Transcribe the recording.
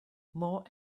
more